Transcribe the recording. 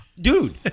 Dude